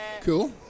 Cool